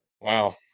Wow